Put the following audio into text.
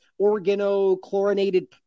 organochlorinated